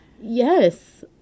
yes